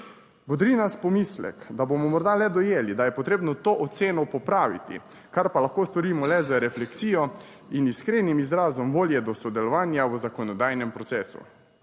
Bodri nas pomislek, da bomo morda le dojeli, da je potrebno to oceno popraviti, kar pa lahko storimo le z refleksijo in iskrenim izrazom volje do sodelovanja v zakonodajnem procesu.